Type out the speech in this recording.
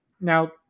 Now